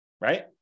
Right